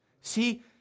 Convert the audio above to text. See